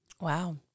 Wow